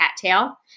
cattail